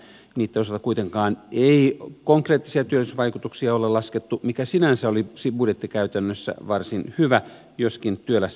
niitten osalta kuitenkaan ei konkreettisia työllisyysvaikutuksia ole laskettu mikä sinänsä olisi budjettikäytännössä varsin hyvä joskin työläs menettelytapa